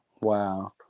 Wow